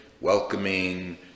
welcoming